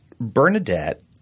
Bernadette